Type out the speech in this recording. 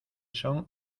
son